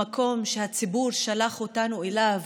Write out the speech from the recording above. המקום שהציבור שלח אותנו אליו